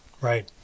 Right